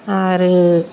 आरो